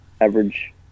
average